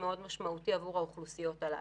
משמעותי מאוד עבור האוכלוסיות הללו.